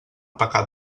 pecat